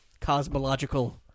cosmological